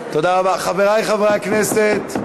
חברי חברי הכנסת,